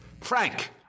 Frank